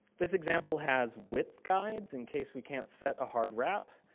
this example has width guides, in case we can't set a hard wrap.